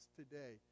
today